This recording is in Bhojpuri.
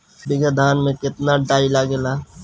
एक बीगहा धान में केतना डाई लागेला?